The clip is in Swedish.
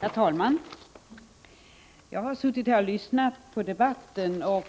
Herr talman! Jag har suttit och lyssnat på debatten och